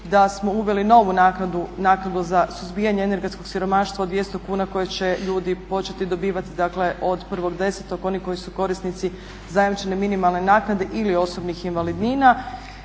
da smo uveli novu naknadu, naknadu za suzbijanje energetskog siromaštva od 200 kuna koje će ljudi početi dobivati, dakle od 1.10. oni koji su korisnici zajamčene minimalne naknade ili osobnih invalidnina.